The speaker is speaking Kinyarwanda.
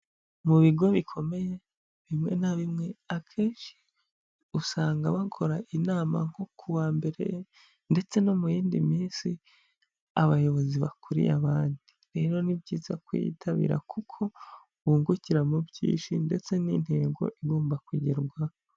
Mu bigo bikomeye bimwe na bimwe akenshi usanga bakora inama nko kuwa mbere ndetse no mu yindi minsi abayobozi bakuriye abandi. Rero ni byiza kuyitabira kuko bungukiramo byinshi ndetse n'intego igomba kugerwaho.